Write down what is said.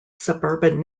suburban